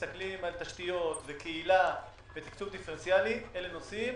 על תשתיות, קהילה ותקצוב דיפרנציאלי, אלה נושאים